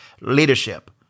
leadership